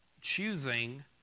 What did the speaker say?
choosing